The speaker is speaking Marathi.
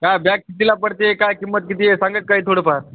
काय बॅग कितीला पडते काय किंमत किती सांगता काय थोडंफार